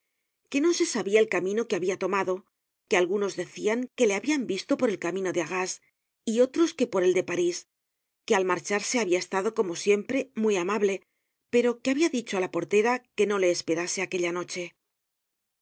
que no se sabia el camino que habia tomado que algunos decian que le habian visto por el camino de arras y otros que por el de parís que al marcharse habia estado como siempre muy amable pero que habia dicho á la portera que no le esperase aquella noche